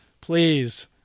please